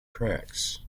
tracks